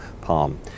palm